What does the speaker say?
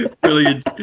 Brilliant